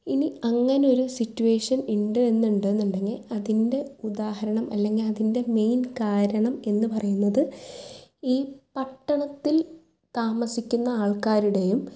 ഇനി അങ്ങനൊരു സിറ്റ്വേഷൻ ഉണ്ട് എന്നുണ്ടെന്നുണ്ടെങ്കിൽ അതിൻ്റെ ഉദാഹരണം അല്ലെങ്കിൽ അതിൻ്റെ മെയിൻ കാരണം എന്ന് പറയുന്നത് ഈ പട്ടണത്തിൽ താമസിക്കുന്ന ആൾക്കാരുടെയും